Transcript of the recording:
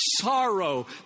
sorrow